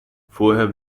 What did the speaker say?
vorher